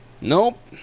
Nope